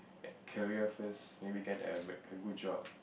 career first maybe can have like a good job